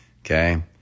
okay